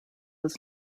was